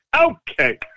okay